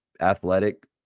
athletic